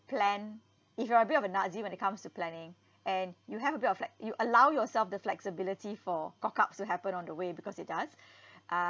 plan if you are a bit of a nazi when it comes to planning and you have a bit of like you allow yourself the flexibility for cock ups to happen on the way because it does uh